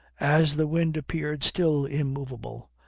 as the wind appeared still immovable,